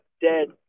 dead